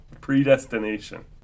predestination